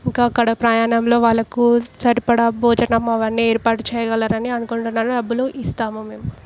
ఇంకా అక్కడ ప్రయాణంలో వాళ్ళకు సరిపడా భోజనం అవన్నీ ఏర్పాటు చేయగలరని అనుకుంటున్నాను డబ్బులు ఇస్తాము మేము